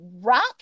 rock